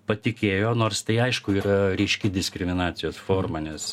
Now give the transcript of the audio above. patikėjo nors tai aišku yra ryški diskriminacijos forma nes